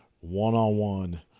one-on-one